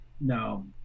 No